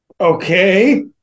Okay